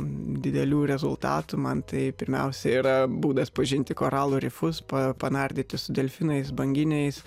didelių rezultatų man tai pirmiausia yra būdas pažinti koralų rifus pa panardyti su delfinais banginiais